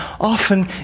often